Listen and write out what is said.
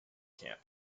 camp